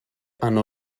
hanno